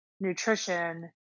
nutrition